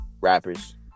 rappers